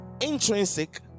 intrinsic